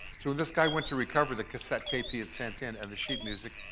so, this guy went to recover the cassette tape he had sent in and the sheet music.